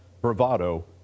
bravado